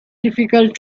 difficult